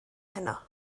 heno